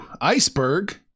Iceberg